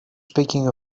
speaking